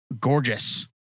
gorgeous